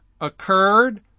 occurred